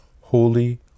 Holy